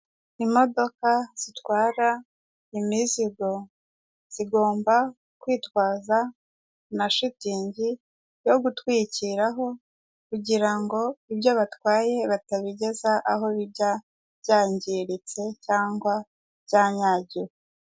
Imodoka zitwara imizigo zigomba kwitwaza na shitingi yo gutwikiraho kugira ngo ibyo batwaye batabigeza aho bijya byangiritse cyangwa byanyagiwe.